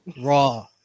Raw